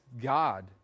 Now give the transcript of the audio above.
God